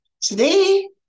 Today